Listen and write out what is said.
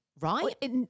right